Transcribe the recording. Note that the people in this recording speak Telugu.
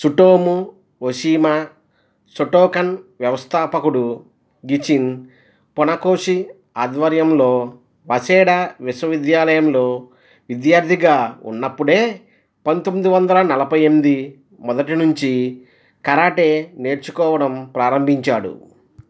సుటోము ఓషీమా షోటోకన్ వ్యవస్థాపకుడు గిచిన్ పునకోషి ఆధ్వర్యంలో వాసెడా విశ్వవిద్యాలయంలో విద్యార్థిగా ఉన్నప్పుడే పంతొమ్మిది వందల నలభై ఎనిమిది మొదటి నుంచి కరాటే నేర్చుకోవడం ప్రారంభించాడు